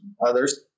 others